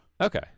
Okay